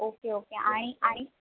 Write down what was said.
okay okay आणि आणि